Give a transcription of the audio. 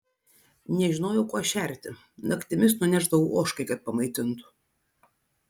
nežinojau kuo šerti naktimis nunešdavau ožkai kad pamaitintų